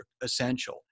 essential